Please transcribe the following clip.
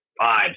five